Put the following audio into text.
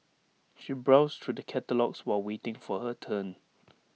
she browsed through the catalogues while waiting for her turn